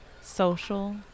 social